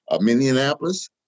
Minneapolis